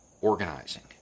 organizing